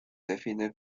define